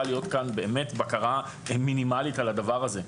להיות כאן באמת בקרה מינימלית על הדבר הזה.